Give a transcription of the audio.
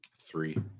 Three